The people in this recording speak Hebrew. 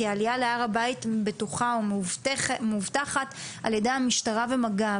העלייה להר הבית בטוחה ומאובטחת על ידי המשטרה ומג"ב,